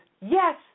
yes